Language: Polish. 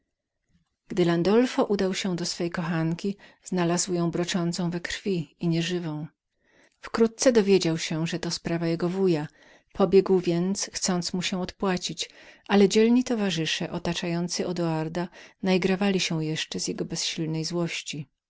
gdy landulf udał się do swej kochanki znalazł ją broczącą we krwi i nieżywą wkrótce dowiedział się że to była sprawa jego wuja pobiegł więc chcąc go karać ale dzielni towarzysze otaczający odoarda naigrawali się jeszcze z jego bezsilnej złości